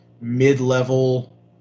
mid-level